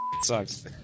sucks